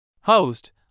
Host